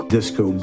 Disco